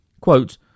quote